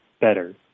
better